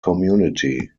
community